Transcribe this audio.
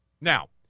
Now